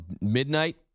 midnight